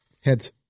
Heads